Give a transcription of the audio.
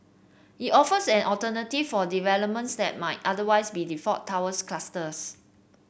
it offers an alternative for developments that might otherwise be default towers clusters